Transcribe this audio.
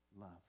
love